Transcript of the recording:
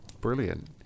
Brilliant